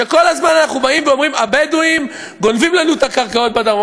שכל הזמן אנחנו אומרים: הבדואים גונבים לנו את הקרקעות בדרום,